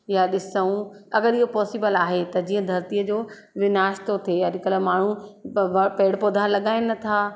या ॾिसूं अगरि इहो पोसिबल आहे त जीअं धरतीअ जो विनाश थो थिए अॼुकल्ह माण्हू पेड़ पौधा लॻाइनि नथा